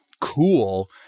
cool